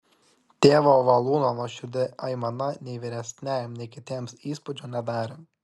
tėvo valūno nuoširdi aimana nei vyresniajam nei kitiems įspūdžio nedarė